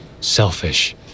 Selfish